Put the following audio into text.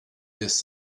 this